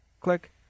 Click